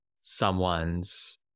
someone's